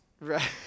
Right